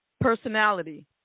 Personality